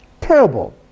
Terrible